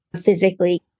physically